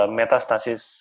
metastasis